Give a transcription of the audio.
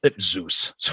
Zeus